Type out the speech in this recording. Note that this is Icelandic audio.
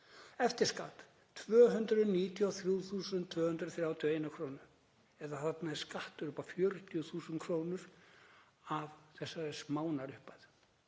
Eftir skatt 293.231 kr. Þarna er skattur upp á 40.000 kr. af þessari smánarupphæð.